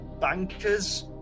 bankers